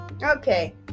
Okay